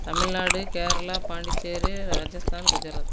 Tamil Nadu Kerala Pondicherry Rajasthan Gujarat